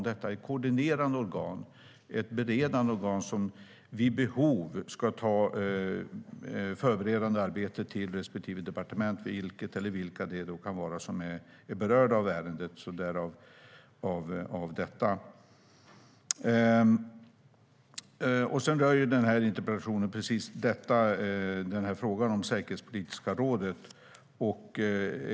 Detta är ett koordinerande och beredande organ som vid behov ska ta förberedande arbete till det eller de departement som är berörda av ärendet. Den här interpellationen rör frågan om det säkerhetspolitiska rådet.